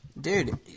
Dude